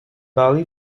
bali